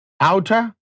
outer